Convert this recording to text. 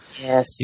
yes